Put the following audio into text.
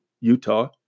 Utah